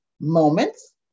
moments